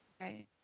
right